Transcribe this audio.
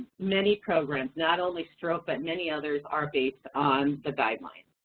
many programs, not only stroke, but many others are based on the guidelines.